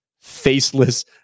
faceless